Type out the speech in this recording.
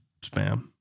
Spam